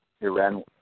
Iran